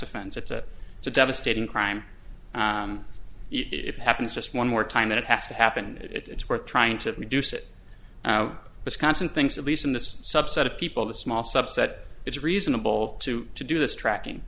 offense it's a it's a devastating crime if it happens just one more time that it has to happen it's worth trying to reduce it wisconsin things at least in this subset of people the small subset it's reasonable to to do this tracking